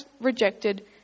rejected